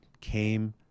came